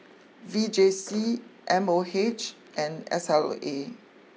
V J C M O H and S L A